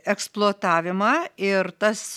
eksploatavimą ir tas